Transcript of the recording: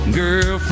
girl